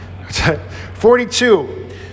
42